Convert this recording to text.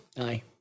aye